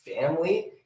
family